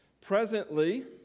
Presently